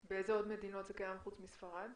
באיזה עוד מדינות זה קיים חוץ מספרד?